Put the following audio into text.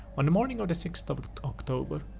on the morning of the sixth of october,